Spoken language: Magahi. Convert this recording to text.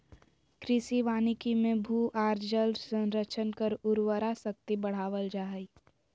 कृषि वानिकी मे भू आर जल संरक्षण कर उर्वरा शक्ति बढ़ावल जा हई